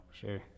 sure